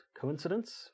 coincidence